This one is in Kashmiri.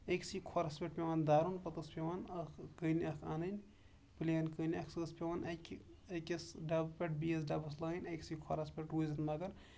أکسی کھۄرَس پٮ۪ٹھ پیوان دَرُن پَتہٕ اوس پیوان اکھ کٔنۍ اکھ اَنٕنۍ پٔلین کٔنۍ اکھ سۄ ٲسۍ پیوان اَکہِ أکِس ڈَبہٕ پٮ۪ٹھ بیٚیِس ڈَبَس لایِنۍ أکسی کھۄرَس پٮ۪ٹھ روٗزِتھ مَگر